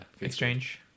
Exchange